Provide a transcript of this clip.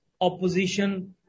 opposition